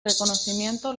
reconocimiento